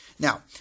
Now